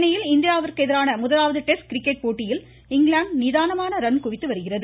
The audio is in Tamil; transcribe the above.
சென்னையில் இந்தியாவிற்கு எதிரான முதலாவது டெஸ்ட் கிரிக்கெட் போட்டியில் இங்கிலாந்து நிதானமாக ரன் குவித்து வருகிறது